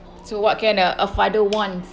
so what can a a father want